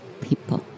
people